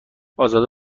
ازاده